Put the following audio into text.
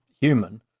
human